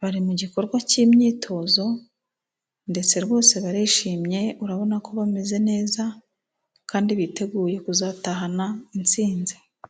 bari mu gikorwa cy'imyitozo; ndetse rwose barishimye. Urabona ko bameze neza kandi biteguye kuzatahana intsinzi.